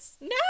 No